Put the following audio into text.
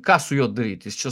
ką su juo daryt jis čia